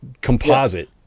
Composite